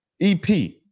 EP